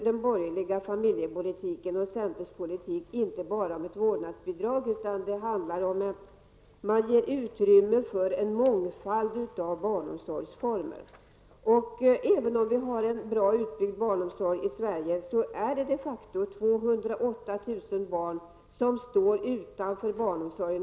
Den borgerliga familjepolitiken och centerns familjepolitik handlar inte bara om ett vårdnadsbidrag, utan den handlar om att man ger utrymme för en mångfald av barnomsorgsformer. Även om vi har en bra utbyggd barnomsorg i Sverige är det de facto 208 000 barn som står utanför barnomsorgen.